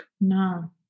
No